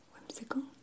whimsical